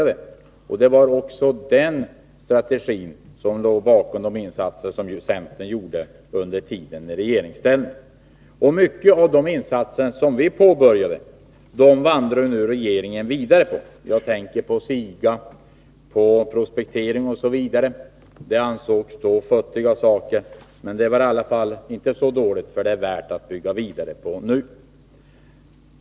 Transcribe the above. Det var den strategin som låg bakom de insatser som centern gjorde under tiden i regeringsställning. Mycket av det som vi påbörjade bygger regeringen nu vidare på. Jag tänker på SIGA, prospektering osv. Det ansågs från början som futtiga insatser, men de var tydligen inte så dåliga, eftersom de är värda att bygga vidare på nu.